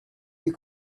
you